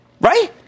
right